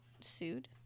sued